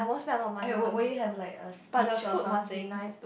and will will you have a speech or something